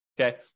okay